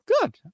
good